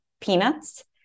peanuts